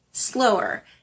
slower